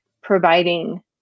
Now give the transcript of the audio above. providing